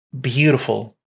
beautiful